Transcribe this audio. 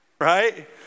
Right